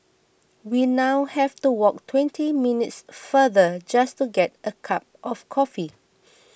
we now have to walk twenty minutes farther just to get a cup of coffee